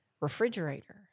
refrigerator